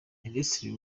minisitiri